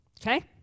Okay